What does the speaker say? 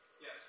yes